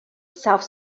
south